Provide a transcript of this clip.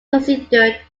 considered